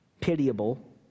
pitiable